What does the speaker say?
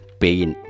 pain